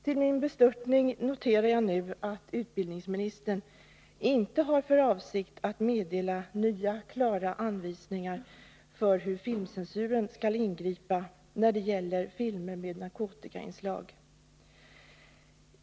Till min bestörtning noterar jag nu att utbildningsministern inte har för avsikt att meddela nya klara anvisningar för hur filmcensuren skall ingripa när det gäller filmer med narkotikainslag.